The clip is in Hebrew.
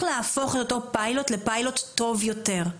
להפוך את אותו פיילוט לפיילוט טוב יותר,